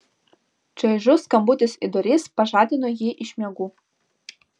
čaižus skambutis į duris pažadino jį iš miegų